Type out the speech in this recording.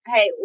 Hey